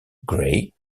gray